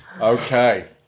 Okay